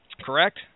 correct